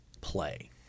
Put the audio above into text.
play